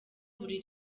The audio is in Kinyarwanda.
buri